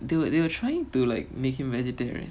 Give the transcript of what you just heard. they will they will trying to like make him vegetarian right